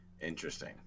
Interesting